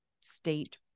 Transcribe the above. state